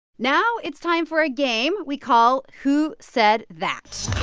now it's time for a game we call who said that